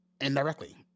indirectly